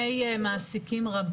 אנחנו מפוזרים גבירתי בפני מעסיקים רבים,